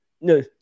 No